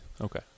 Okay